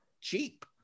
cheap